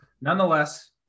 nonetheless